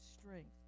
strength